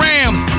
Rams